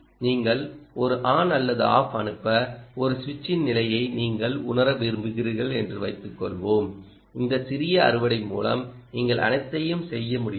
நீங்கள் ஒரு ஆன் அல்லது ஆஃப் அனுப்ப ஒரு சுவிட்சின் நிலையை நீங்கள் உணர விரும்புகிறீர்கள் என்று வைத்துக்கொள்வோம் இந்த சிறிய அறுவடை மூலம் நீங்கள் அனைத்தையும் செய்ய முடியும்